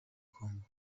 congo